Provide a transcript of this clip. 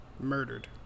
murdered